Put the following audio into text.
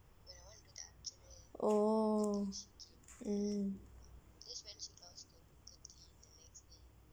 oh oh